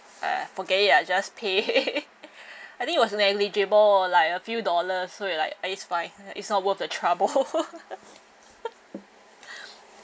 ah forget it ah just pay I think it was negligible like a few dollars so you like ah it's fine it's not worth the trouble